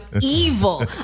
evil